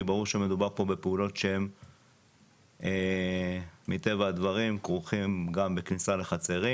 כי ברור שמדובר פה בפעולות שהן מטבע הדברים כרוכות גם בכניסה לחצרים,